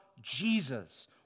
Jesus